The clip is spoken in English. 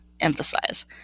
emphasize